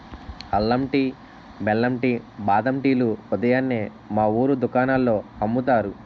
అల్లం టీ, బెల్లం టీ, బాదం టీ లు ఉదయాన్నే మా వూరు దుకాణాల్లో అమ్ముతారు